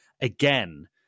again